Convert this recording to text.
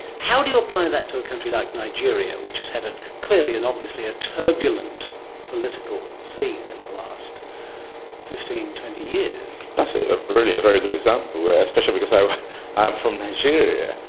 how do you apply that to a country like nigeria which has had ah clearly an obviously ah turbulent political scene in the last fifteen, twenty years? that's ah really a very good example, ah especially because i am from nigeria.